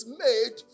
made